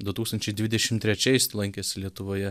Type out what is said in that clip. du tūkstančiai dvidešim trečiais lankėsi lietuvoje